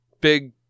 big